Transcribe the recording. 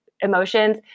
emotions